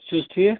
تُہۍ چھُو حظ ٹھیٖک